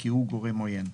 כי הוא גורם עוין,